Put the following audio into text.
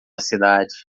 cidade